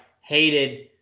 hated